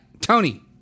Tony